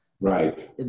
Right